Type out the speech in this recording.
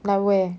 like where